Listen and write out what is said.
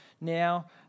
now